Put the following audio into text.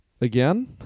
Again